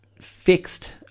fixed